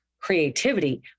creativity